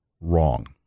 wrong